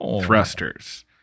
thrusters